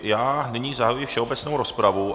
Já nyní zahajuji všeobecnou rozpravu.